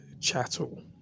chattel